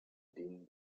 din